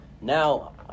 now